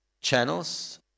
channels